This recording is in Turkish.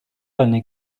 haline